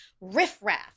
riffraff